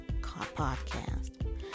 Podcast